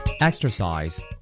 Exercise